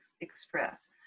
express